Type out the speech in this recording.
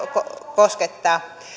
koskettaa